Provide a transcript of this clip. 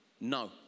no